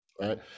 right